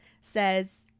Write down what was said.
says